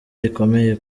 rikomeye